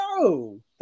no